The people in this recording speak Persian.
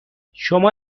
شما